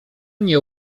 nie